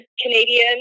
Canadian